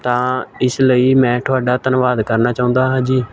ਤਾਂ ਇਸ ਲਈ ਮੈਂ ਤੁਹਾਡਾ ਧੰਨਵਾਦ ਕਰਨਾ ਚਾਹੁੰਦਾ ਹਾਂ ਜੀ